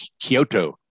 Kyoto